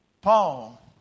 Paul